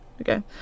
Okay